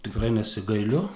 tikrai nesigailiu